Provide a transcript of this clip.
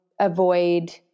avoid